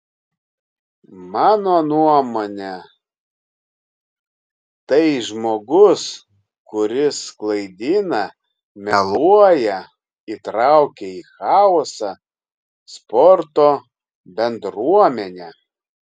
mano nuomone tai žmogus kuris klaidina meluoja įtraukia į chaosą sporto bendruomenę